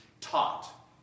taught